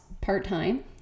part-time